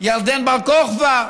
ירדן בר-כוכבא,